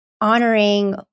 honoring